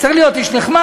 הוא צריך להיות איש נחמד,